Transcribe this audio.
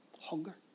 Hunger